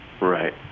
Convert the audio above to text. Right